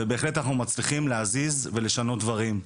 ואנחנו מצליחים להזיז ולשנות דברים.